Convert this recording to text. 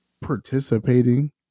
participating